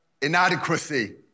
inadequacy